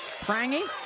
Prangy